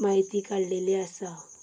म्हायती काडिल्ली आसा